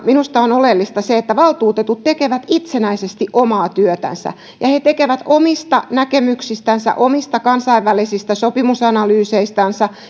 minusta on oleellista se että valtuutetut tekevät itsenäisesti omaa työtänsä ja he tekevät omista näkemyksistänsä omista kansainvälisistä sopimusanalyyseistänsä